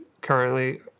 currently